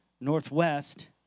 Northwest